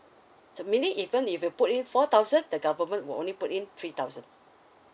so meanly even if you put in four thousand the government will only put in three thousand